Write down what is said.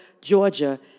Georgia